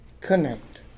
connect